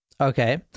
Okay